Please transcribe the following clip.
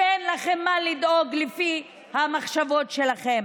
שאין לכם מה לדאוג לפי המחשבות שלכם.